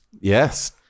Yes